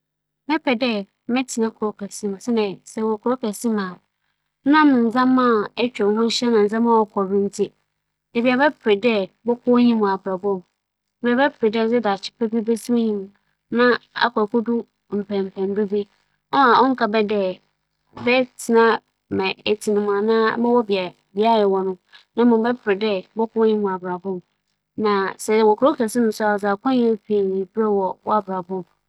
Ndzɛmba bͻn a ͻkͻ do wͻ aman aman mu nyinara no, no dodowara kurow akɛse mu na osisi dɛm ntsi mebɛpɛ dɛ mebɛtsena kurow ketsewa bi mu kyɛn dɛ mobͻkͻ akɛtsena kurow kɛse mu. Afei so, kurow ketsewa mu no mpɛn pii no ͻyɛ a no mu nkorͻfo a wͻtse mu no, wonyim hͻnho ma dɛm ntsi nkͻmbͻdzi na adze tum kͻ do mbom kurow akɛse mu dze dɛm nntaa nnsi.